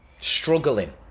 Struggling